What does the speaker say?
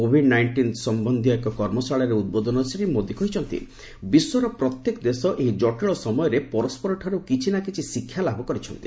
Covid nineteen ସମ୍ୟନ୍ଧୀୟ ଏକ କର୍ମଶାଳାରେ ଉଦ୍ବୋଧନ ଦେଇ ଶ୍ରୀ ମୋଦୀ କହିଛନ୍ତି ବିଶ୍ୱର ପ୍ରତ୍ୟେକ ଦେଶ ଏହି କଟିଳ ସମୟରେ ପରସ୍କରଠାରୁ କିଛି ନା କିଛି ଶିକ୍ଷା ଲାଭ କରିଛନ୍ତି